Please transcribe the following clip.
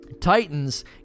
Titans